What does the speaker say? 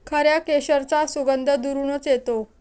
खऱ्या केशराचा सुगंध दुरूनच येतो